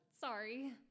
Sorry